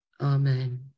Amen